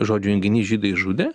žodžių junginys žydai žudė